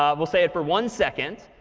um we'll say it for one second.